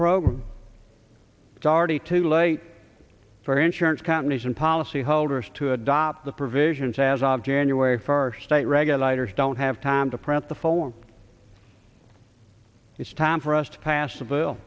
program it's already too late for insurance companies and policyholders to adopt the provisions as of january first state regulators don't have time to press the phone it's time for us to pass a bill